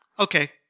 Okay